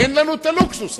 אין לנו הלוקסוס הזה.